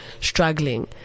struggling